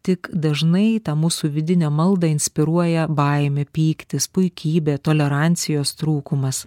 tik dažnai tą mūsų vidinę maldą inspiruoja baimė pyktis puikybė tolerancijos trūkumas